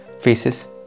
faces